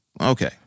Okay